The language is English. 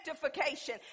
sanctification